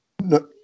No